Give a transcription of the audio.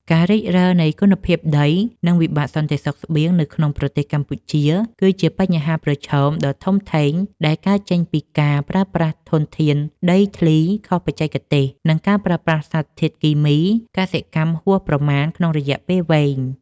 ការរិចរឹលនៃគុណភាពដី និងវិបត្តិសន្តិសុខស្បៀងនៅក្នុងប្រទេសកម្ពុជា គឺជាបញ្ហាប្រឈមដ៏ធំធេងដែលកើតចេញពីការប្រើប្រាស់ធនធានដីធ្លីខុសបច្ចេកទេស និងការប្រើប្រាស់សារធាតុគីមីកសិកម្មហួសប្រមាណក្នុងរយៈពេលវែង។